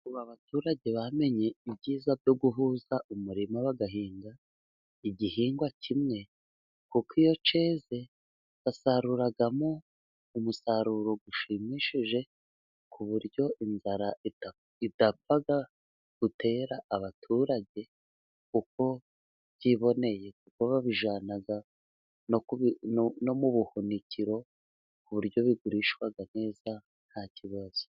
Ubu abaturage bamenye ibyiza byo guhuza umurima bagahinga igihingwa kimwe, kuko iyo a cyeze basaruramo umusaruro ushimishije, ku buryo inzara itapfa gutera abaturage uko yiboneye kuko babijyana no mu buhunikiro ku buryo bigurishwa neza nta kibazo.